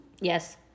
Yes